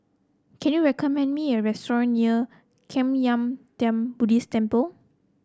can you recommend me a restaurant near Kwan Yam Theng Buddhist Temple